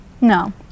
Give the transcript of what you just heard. No